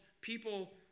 people